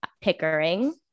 Pickering